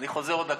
אני חוזר עוד דקה.